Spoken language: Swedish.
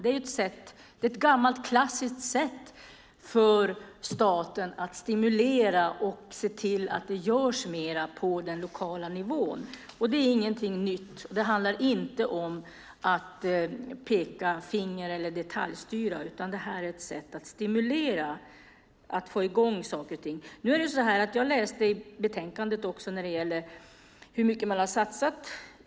Det är ett gammalt klassiskt sätt för staten att stimulera och se till att det görs mer på den lokala nivån. Det är inte något nytt. Det handlar inte om att peka finger eller detaljstyra. Det är ett sätt att stimulera så att saker och ting kommer i gång. I betänkandet läste jag hur mycket man har satsat.